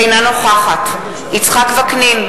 אינה נוכחת יצחק וקנין,